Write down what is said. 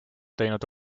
teinud